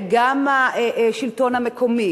גם של השלטון המקומי